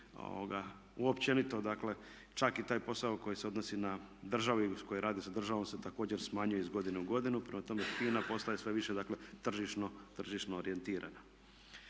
općenito, dakle čak i taj posao koji se odnosi na državu i koji radi sa državom se također smanjuje iz godine u godinu. Prema tome, FINA postaje sve više tržišno orijentirana.